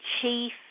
chief